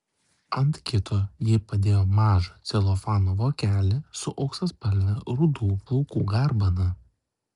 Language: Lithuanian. ant kito ji padėjo mažą celofano vokelį su auksaspalve rudų plaukų garbana